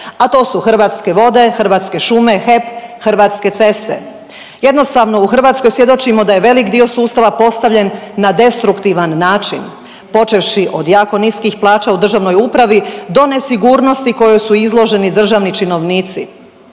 a to su Hrvatske vode, Hrvatske šume, HEP, Hrvatske ceste. Jednostavno u Hrvatskoj svjedočimo da je velik dio sustava postavljen na destruktivan način počevši od jako niskih plaća u državnoj upravi do nesigurnosti kojoj su izloženi državni činovnici.